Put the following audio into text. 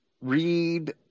read